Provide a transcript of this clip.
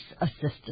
Assistance